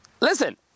listen